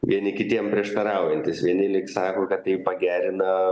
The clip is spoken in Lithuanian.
vieni kitiem prieštaraujantys vieni lyg sako kad tai pagerina